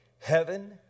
heaven